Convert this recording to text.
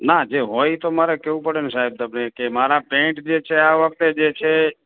ના જે હોય એ તો મારે કહેવું પડે ને સાહેબ તમને કે મારાં પેન્ટ જે છે આ વખતે જે છે